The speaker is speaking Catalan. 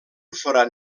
forat